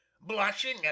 blushing